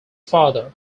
father